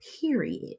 period